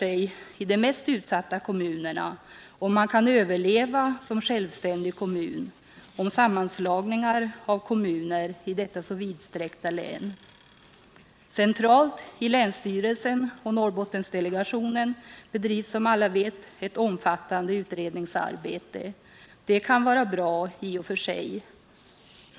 I de mest utsatta kommunerna frågar man sig om man kan överleva som självständig kommun eller om det kommer att bli sammanslagningar av kommuner i detta så vidsträckta län. Centralt, i länsstyrelsen och Norrbottendelegationen, bedrivs som alla vet ett omfattande utredningsarbete. Det kan vara bra i och för sig.